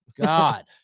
God